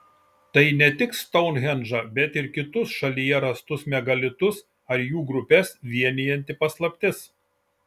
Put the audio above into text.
tai ne tik stounhendžą bet ir kitus šalyje rastus megalitus ar jų grupes vienijanti paslaptis